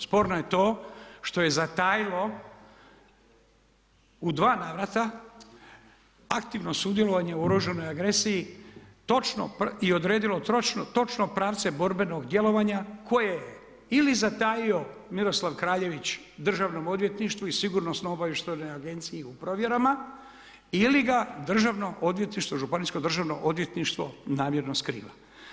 Sporno je to što je zatajilo u dva navrata aktivno sudjelovanje u oružanoj agresiji i odredilo točno pravce borbenog djelovanja koje je ili zatajio Miroslav Kraljević Državnom odvjetništvu i Sigurnosno-obavještajnoj agenciji i u provjerama ili ga Državno odvjetništvo, Županijsko Državno odvjetništvo namjerno skriva.